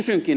kysynkin